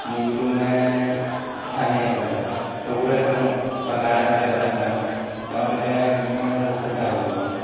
মুৰ্গীটো মানে চাহীয়ে খালে ধৰক চকুতে খেলে ন বা গাতে খালে দেহতে খালে ন তেওঁ তেতিয়া সেইখিনি মানে অলপ অসুবিধা হৈ যাব মানে